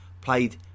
played